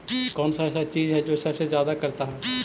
कौन सा ऐसा चीज है जो सबसे ज्यादा करता है?